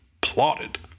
plotted